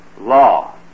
Law